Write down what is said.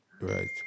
Right